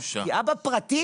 את בקיאה בפרטים?